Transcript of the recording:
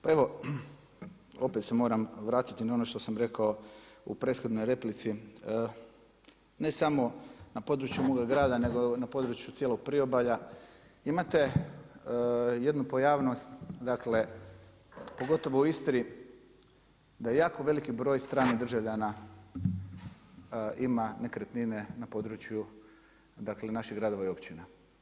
Pa evo, opet se moram vratiti na ono što sam rekao u prethodnoj replici, ne samo na području moga grada, nego na području cijelog priobalja, imate jednu pojavnost, dakle pogotovo u Istri da je jako veliki broj stranih državljana ima nekretnine na području, dale naših gradova i općina.